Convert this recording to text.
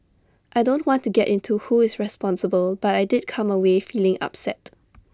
I don't want to get into who is responsible but I did come away feeling upset